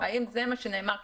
האם זה מה שנאמר?